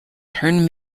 turn